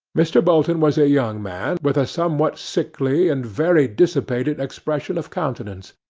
mr. bolton was a young man, with a somewhat sickly and very dissipated expression of countenance.